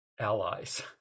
allies